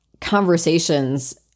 conversations